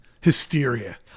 Hysteria